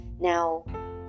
Now